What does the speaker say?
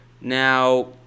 Now